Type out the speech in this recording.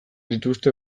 dituzte